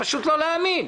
פשוט לא להאמין.